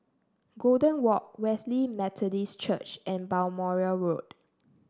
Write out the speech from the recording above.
Golden Walk Wesley Methodist Church and Balmoral Road